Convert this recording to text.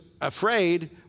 afraid